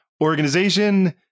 organization